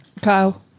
Kyle